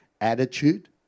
Attitude